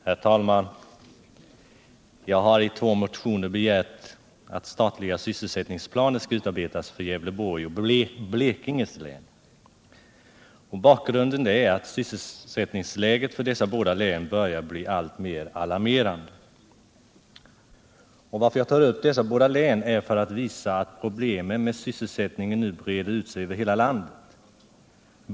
Herr talman! Jag har i två motioner begärt att statliga sysselsättningsplaner skall utarbetas för Gävleborgs och Blekinge län. Bakgrunden är att sysselsättningsläget för dessa båda län börjar bli alltmer alarmerande. Jag tar upp dessa båda län för att visa att problemen med sysselsättningen nu breder ut sig över hela landet.